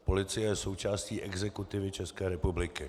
Policie je součástí exekutivy České republiky.